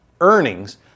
earnings